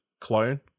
clone